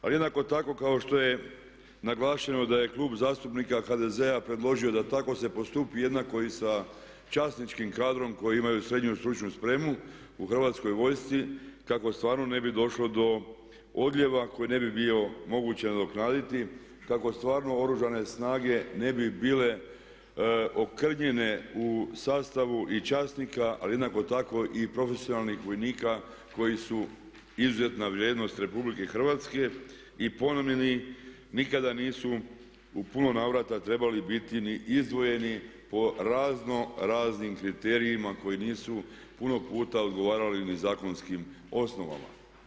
Ali jednako tako kao što je naglašeno da je Klub zastupnika HDZ-a predložio da tako se postupi jednako i sa časničkim kadrom koji imaju srednju stručnu spremu u Hrvatskoj vojsci kako stvarno ne bi došlo do odljeva koji ne bi bio moguće nadoknaditi kako stvarno Oružane snage ne bi bile okrnjene u sastavu i časnika ali jednako tako i profesionalnih vojnika koji su izuzetna vrijednost RH i … nikada nisu u puno navrata trebali biti ni izdvojeni po razno raznim kriterijima koji nisu puno puta odgovarali ni zakonskim osnovama.